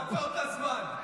תעצור את הזמן.